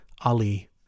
Ali